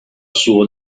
suo